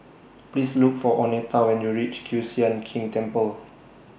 Please Look For Oneta when YOU REACH Kiew Sian King Temple